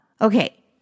Okay